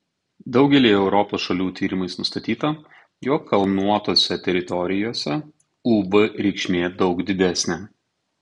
daugelyje europos šalių tyrimais nustatyta jog kalnuotose teritorijose uv reikšmė daug didesnė